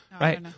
Right